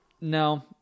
no